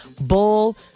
bull